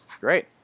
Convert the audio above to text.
Great